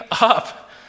up